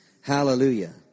Hallelujah